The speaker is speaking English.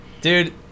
dude